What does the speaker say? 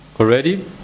already